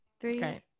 three